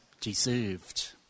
deserved